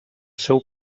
seu